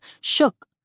shook